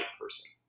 person